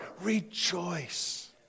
Rejoice